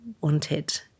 wanted